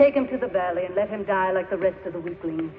taken to the ballet let him die like the rest of the weekly